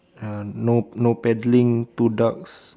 uh no no paddling two ducks